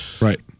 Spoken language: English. Right